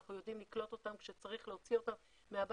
אנחנו יודעים לקלוט אותם כשצריך להוציא אותם מהבית,